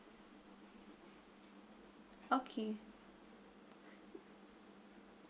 okay